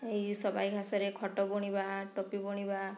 ଏଇ ସବାଇ ଘାସରେ ଖଟ ବୁଣିବା ଟୋପି ବୁଣିବା